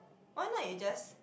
why not you just